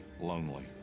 lonely